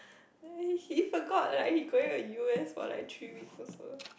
and he forgot like he going to u_s for like three weeks also